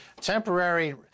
temporary